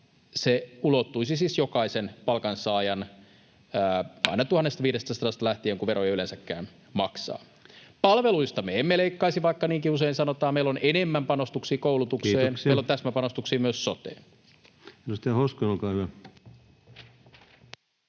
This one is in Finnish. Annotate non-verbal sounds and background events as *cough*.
se ulottuisi siis jokaiseen palkansaajaan *noise* aina 1 500:sta lähtien, kun veroja yleensäkin maksaa. Palveluista me emme leikkaisi, vaikka niinkin usein sanotaan. Meillä on enemmän panostuksia koulutukseen. [Puhemies huomauttaa ajasta] Meillä on täsmäpanostuksia myös soteen.